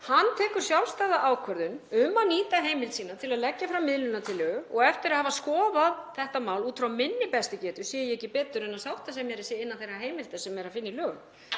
Hann tekur sjálfstæða ákvörðun um að nýta heimild sína til að leggja fram miðlunartillögu og eftir að hafa skoðað þetta mál út frá minni bestu getu get ég ekki séð betur en að sáttasemjari sé innan þeirra heimilda sem er að finna í lögum.